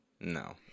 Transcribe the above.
No